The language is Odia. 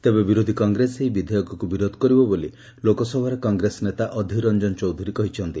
ତେବେ ବିରୋଧୀ କଂଗ୍ରେସ ଏହି ବିଧେୟକକୁ ବିରୋଧ କରିବ ବୋଲି ଲୋକସଭାରେ କଂଗ୍ରେସ ନେତା ଅଧୀର ରଞ୍ଞନ ଚୌଧୁରୀ କହିଛନ୍ତି